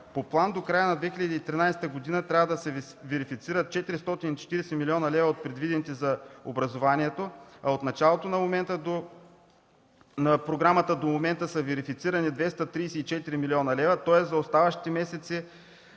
По план до края на 2013 г. трябва да се верифицират 440 млн. лв. от предвидените за образование, а от началото на програмата до момента са верифицирани 234 млн. лв. Тоест за оставащите месеци